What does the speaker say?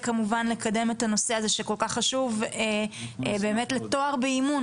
לקדם את הנושא החשוב הזה לתואר באימון.